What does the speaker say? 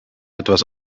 etwas